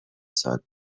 سال